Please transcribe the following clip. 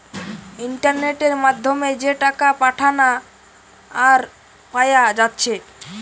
ইন্টারনেটের মাধ্যমে যে টাকা পাঠানা আর পায়া যাচ্ছে